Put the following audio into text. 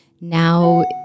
now